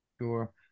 Sure